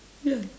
yeah